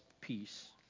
peace